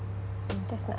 ah that's nice